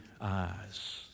eyes